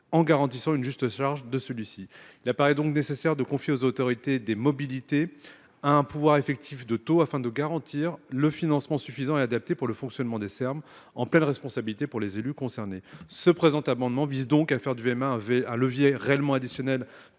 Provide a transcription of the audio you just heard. et garantissent une juste charge. Il paraît donc nécessaire de confier aux autorités organisatrices de la mobilité un pouvoir effectif de taux afin de garantir un financement suffisant et adapté pour le fonctionnement des Serm, en pleine responsabilité pour les élus concernés. Le présent amendement vise ainsi à faire du VMA un levier réellement additionnel.